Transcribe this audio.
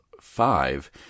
five